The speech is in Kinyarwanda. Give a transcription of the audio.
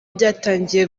byatangiye